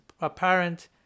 apparent